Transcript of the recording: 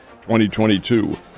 2022